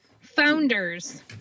founders